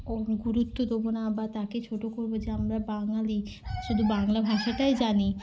ও গুরুত্ব দেবো না বা তাকে ছোটো করবো যে আমরা বাঙালি শুধু বাংলা ভাষাটাই জানি